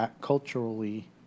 culturally